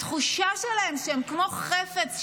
התחושה שלהם היא שהם כמו חפץ,